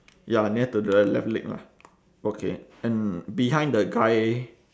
ya near to the left leg lah okay and behind the guy